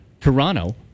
Toronto